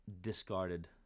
discarded